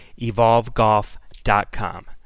EvolveGolf.com